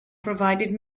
provided